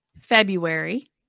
February